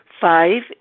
Five